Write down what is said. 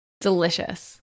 Delicious